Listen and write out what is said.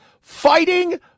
fighting